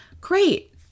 Great